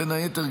בין היתר,